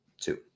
Two